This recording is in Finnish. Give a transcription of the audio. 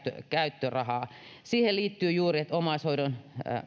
käyttörahaa siihen liittyy juuri se että omaishoidon